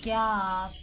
क्या आप